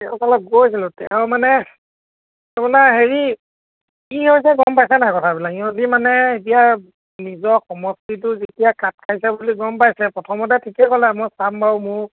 তেওঁ গৈছিলোঁ তেওঁ মানে কি বোলে হেৰি কি হৈছে গ'ম পাইছা নাই কথাবিলাক সিহঁতে মানে এতিয়া নিজৰ সমষ্টিটো যেতিয়া কাট খাইছে বুলি গ'ম পাইছে প্ৰথমতে ঠিকে ক'লে মই চাম বাৰু মোৰ